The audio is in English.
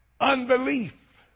unbelief